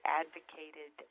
advocated